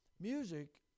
Music